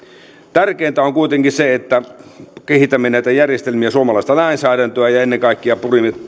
tärkeintä on kuitenkin se että kehitämme näitä järjestelmiä ja suomalaista lainsäädäntöä ja ja ennen kaikkea